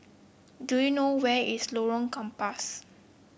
do you know where is Lorong Gambas